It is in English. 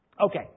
Okay